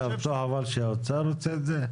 אתה בטוח אבל שהאוצר רוצה את זה?